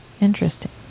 interesting